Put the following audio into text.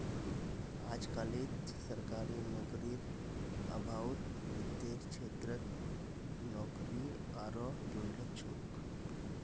अजकालित सरकारी नौकरीर अभाउत वित्तेर क्षेत्रत नौकरी आरोह दुर्लभ छोक